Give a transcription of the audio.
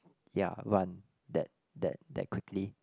ya run that that that quickly